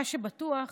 מה שבטוח